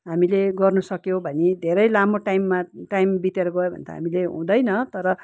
हामीले गर्नुसक्यो भने धेरै लामो टाइममा टाइम बितेर गयो भने त हामीले हुँदैन तर